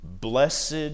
Blessed